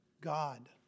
God